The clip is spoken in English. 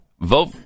Vote